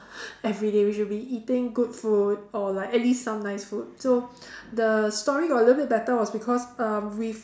everyday we should be eating good food or like at least some nice food so the story got a little bit better was because err with